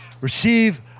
receive